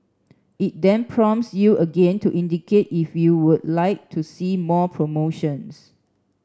it then prompts you again to indicate if you would like to see more promotions